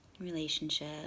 Relationship